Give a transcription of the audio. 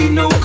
no